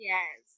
Yes